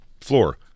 floor